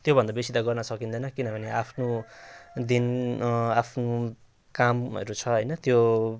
त्योभन्दा बेसी त गर्न सकिँदैन किनभने आफ्नो दिन आफ्नो कामहरू छ होइन त्यो